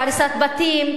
להריסת בתים,